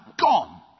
gone